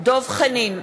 דב חנין,